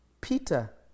Peter